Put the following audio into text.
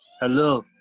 Hello